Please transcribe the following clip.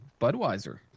Budweiser